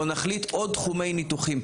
או נחליט על עוד תחומי ניתוחים.